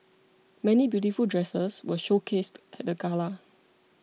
many beautiful dresses were showcased at the gala